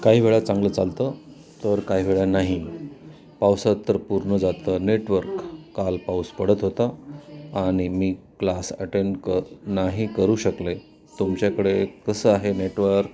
काही वेळा चांगलं चालतं तर काही वेळा नाही पावसात तर पूर्ण जातं नेटवर्क काल पाऊस पडत होता आणि मी क्लास अटेंड क नाही करू शकले तुमच्याकडे कसं आहे नेटवर्क